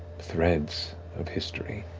threads of history,